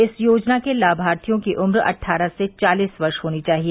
इस योजना के लामार्थियों की उम्र अट्ठारह से चालीस वर्ष होनी चाहिए